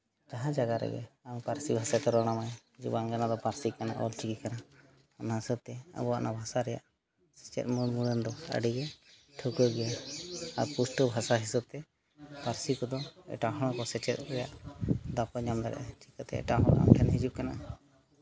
ᱡᱟᱦᱟᱸ ᱡᱟᱭᱜᱟ ᱨᱮᱜᱮ ᱟᱢᱟᱜ ᱯᱟᱹᱨᱥᱤ ᱵᱷᱟᱥᱟᱛᱮ ᱨᱚᱲ ᱟᱢᱟᱭ ᱡᱮ ᱵᱟᱝᱜᱮ ᱱᱚᱣᱟᱫᱚ ᱯᱟᱹᱨᱥᱤ ᱠᱟᱱᱟ ᱚᱞᱪᱤᱠᱤ ᱠᱟᱱᱟ ᱚᱱᱟ ᱦᱤᱥᱟᱹᱵᱽ ᱛᱮ ᱟᱵᱚᱣᱟᱜ ᱱᱚᱣᱟ ᱵᱷᱟᱥᱟ ᱨᱮᱭᱟᱜ ᱥᱮᱪᱮᱫ ᱢᱩᱱᱢᱩᱨᱟᱹᱱ ᱫᱚ ᱟᱹᱰᱤᱜᱮ ᱴᱷᱟᱹᱣᱠᱟᱹ ᱜᱮᱭᱟ ᱟᱨ ᱯᱩᱥᱴᱟᱹᱣ ᱵᱷᱟᱥᱟ ᱦᱤᱥᱟᱹᱵᱽ ᱛᱮ ᱯᱟᱹᱨᱥᱤ ᱠᱚᱫᱚ ᱮᱴᱟᱜ ᱦᱚᱲ ᱦᱚᱸᱠᱚ ᱥᱮᱪᱮᱫ ᱨᱮᱭᱟᱜ ᱫᱟᱣ ᱠᱚ ᱧᱟᱢ ᱫᱟᱲᱮᱭᱟᱜᱼᱟ ᱪᱤᱠᱟᱹᱛᱮ ᱮᱴᱟᱜ ᱦᱚᱲ ᱟᱢ ᱴᱷᱮᱱ ᱦᱤᱡᱩᱜ ᱠᱟᱱᱟ